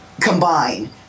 combine